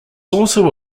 also